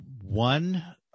one